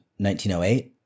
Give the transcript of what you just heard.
1908